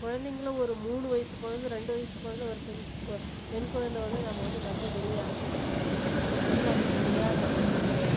குழந்தைங்கள ஒரு மூணு வயசு குழந்த ரெண்டு வயசு குழந்த ஒரு பெண் கொ பெண் குழந்த வந்து நம்ம வந்து நம்பி வெளிய அனுப்ப முடியல பக்கத்தில் அக்கத்தில் விளையாட அனுப்ப முடியல